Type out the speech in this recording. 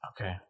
Okay